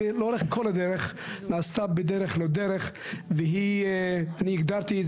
לאורך כל הדרך היא נעשתה בדרך לא דרך ואני הגדרתי את